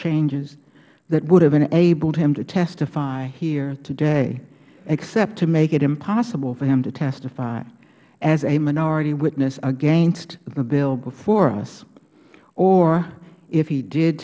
changes that would have enabled them to testify here today except to make it impossible for him to testify as a minority witness against the bill before us or if he did